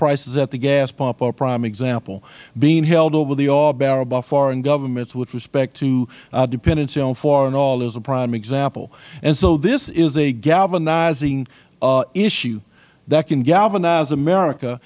prices at the gas pump are a prime example being held over the oil barrel by foreign governments with respect to our dependency on foreign oil is a prime example and so this is a galvanizing issue that can galvanize america